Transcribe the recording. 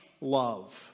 love